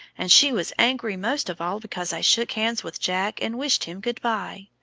and she was angry most of all because i shook hands with jack and wished him good-bye.